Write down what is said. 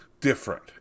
different